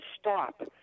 stop